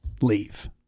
leave